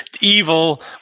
evil